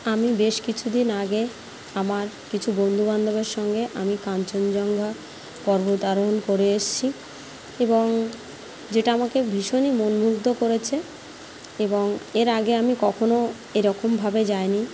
আমি বেশ কিছু দিন আগে আমার কিছু বন্ধু বান্ধবের সঙ্গে আমি কাঞ্চনজঙ্ঘা পর্বত আরোহণ করে এসছি এবং যেটা আমাকে ভীষণই মন মুগ্ধ করেছে এবং এর আগে আমি কখনো এরকমভাবে যাই নি